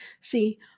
See